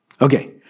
Okay